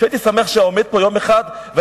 שהייתי שמח שהיה עומד פה יום אחד והיה